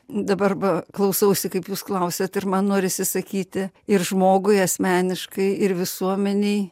dabar va klausausi kaip jūs klausiat ir man norisi sakyti ir žmogui asmeniškai ir visuomenei